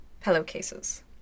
Pillowcases